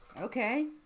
Okay